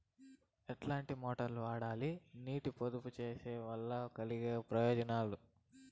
ఎట్లాంటి మోటారు వాడాలి, నీటిని పొదుపు సేయడం వల్ల కలిగే ప్రయోజనాలు?